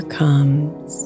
comes